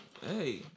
Hey